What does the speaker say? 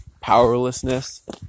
powerlessness